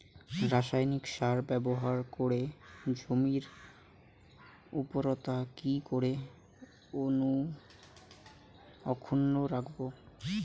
রাসায়নিক সার ব্যবহার করে জমির উর্বরতা কি করে অক্ষুণ্ন রাখবো